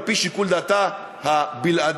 על-פי שיקול דעתה הבלעדי,